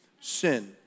Sin